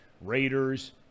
Raiders